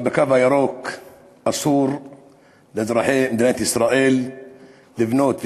אבל בתוך הקו הירוק אסור לאזרחי מדינת ישראל לבנות,